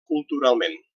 culturalment